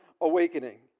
awakening